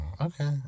Okay